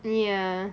ya